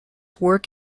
work